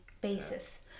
basis